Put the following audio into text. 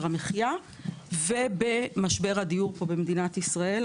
המחיה ובמשבר הדיור פה במדינת ישראל.